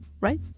Right